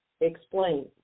explain